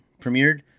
premiered